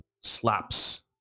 slaps